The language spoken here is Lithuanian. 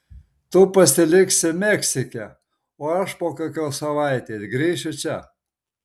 tu pasiliksi meksike o aš po kokios savaitės grįšiu čia